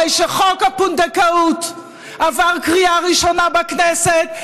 אחרי שחוק הפונדקאות עבר בקריאה ראשונה בכנסת,